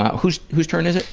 whose whose turn is